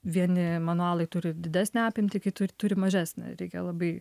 vieni manualai turi didesnę apimtį kitur turi mažesnę reikia labai